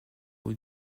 aux